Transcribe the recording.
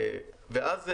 ואז,